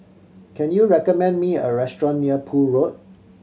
can you recommend me a restaurant near Poole Road